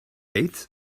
eighth